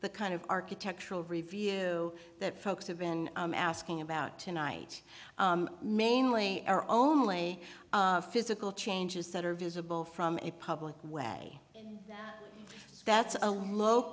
the kind of architectural review that folks have been asking about tonight mainly are only physical changes that are visible from a public way that's a lo